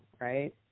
right